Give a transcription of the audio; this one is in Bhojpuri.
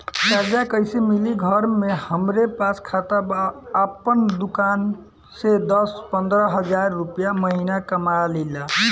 कर्जा कैसे मिली घर में हमरे पास खाता बा आपन दुकानसे दस पंद्रह हज़ार रुपया महीना कमा लीला?